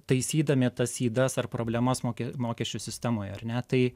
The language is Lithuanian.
taisydami tas ydas ar problemas mokė mokesčių sistemoje ar ne tai